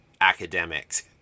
academics